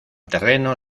terreno